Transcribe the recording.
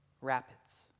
rapids